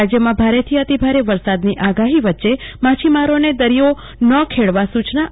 રાજયમાં ભારથી અતિભારે વરસાદની આગાહી વચ્ચે માછીમારોને દરિયો ન ખેડવા સુ ચના અપાઈ છે